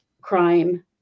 crime